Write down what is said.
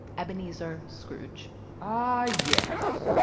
ebenezer scrooge ah, yes,